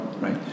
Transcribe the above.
right